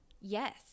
Yes